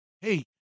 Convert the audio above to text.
Hey